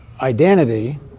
identity